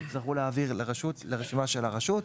יצטרכו להעביר לרשימה של הרשות,